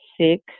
six